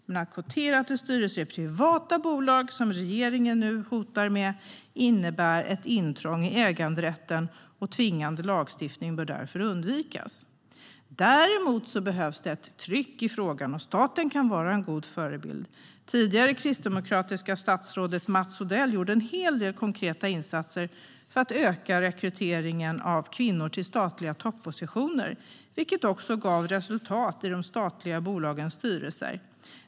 Men att kvotera till styrelser i privata bolag som regeringen nu hotar med innebär ett intrång i äganderätten, och tvingande lagstiftning bör därför undvikas. Däremot behövs det ett tryck i frågan, och staten kan vara en god förebild. Tidigare kristdemokratiska statsrådet Mats Odell gjorde en hel del konkreta insatser för att öka rekryteringen av kvinnor till statliga toppositioner, vilket också gav resultat i de statliga bolagens styrelser.